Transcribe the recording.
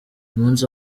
umunsi